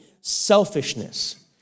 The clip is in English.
selfishness